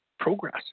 progress